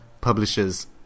publishers